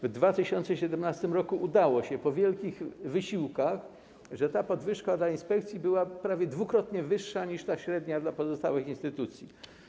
W 2017 r. udało się osiągnąć po wielkich wysiłkach, że ta podwyżka dla inspekcji była prawie dwukrotnie wyższa niż ta średnia dla pozostałych instytucji.